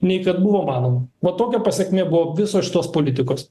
nei kad buvo manoma va tokia pasekmė buvo visos šitos politikos